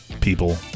people